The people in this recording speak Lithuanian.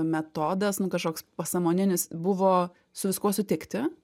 metodas nu kažkoks pasąmoninis buvo su viskuo sutikti